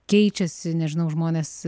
keičiasi nežinau žmonės